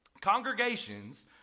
congregations